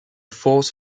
fourth